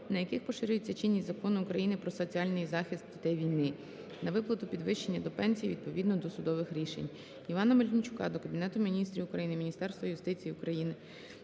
на яких поширюється чинність Закону України "Про соціальний захист дітей війни", на виплату підвищення до пенсії, відповідно до судових рішень.